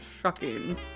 Shocking